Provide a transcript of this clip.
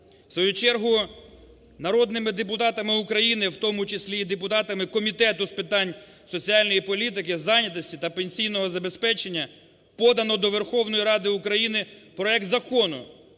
В свою чергу народними депутатами України, в тому числі і депутатами Комітету з питань соціальної політики, зайнятості та пенсійного забезпечення, подано до Верховної Ради України проект Закону